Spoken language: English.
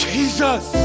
Jesus